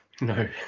No